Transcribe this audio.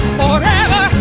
forever